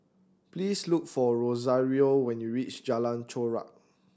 please look for Rosario when you reach Jalan Chorak